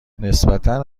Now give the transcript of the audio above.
نسبتا